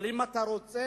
אבל אם אתה רוצה,